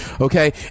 Okay